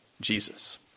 Jesus